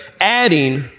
adding